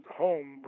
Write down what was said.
home